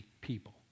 people